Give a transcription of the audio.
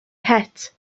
het